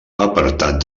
apartat